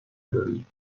نداری